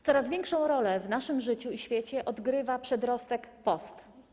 Coraz większą rolę w naszym życiu i w świecie odgrywa przedrostek: post-